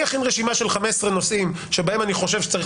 אני אכין רשימה של 15 נושאים שבהם אני חושב שצריך